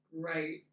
great